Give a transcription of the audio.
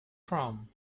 from